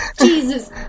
Jesus